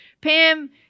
pam